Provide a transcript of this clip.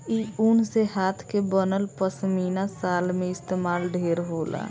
इ ऊन से हाथ के बनल पश्मीना शाल में इस्तमाल ढेर होला